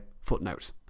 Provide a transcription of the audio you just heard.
footnote